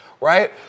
right